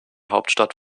hauptstadt